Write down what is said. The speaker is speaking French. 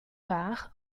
par